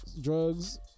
drugs